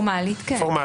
איום פורמלי.